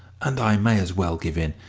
and i may as well give in.